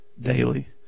daily